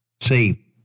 See